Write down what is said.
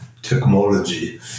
technology